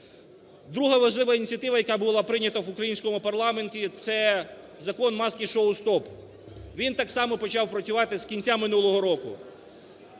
Друга важлива ініціатива, яка була прийнята в українському парламенті, - це Закон "маски-шоу стоп". Він так само почав працювати з кінця минулого року.